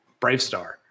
Bravestar